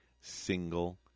single